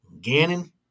Gannon